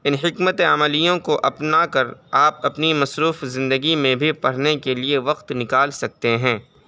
ان حکمت عملیوں کو اپنا کر آپ اپنی مصروف زندگی میں بھی پڑھنے کے لیے وقت نکال سکتے ہیں